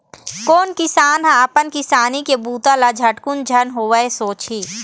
कोन किसान ह अपन किसानी के बूता ल झटकुन झन होवय सोचही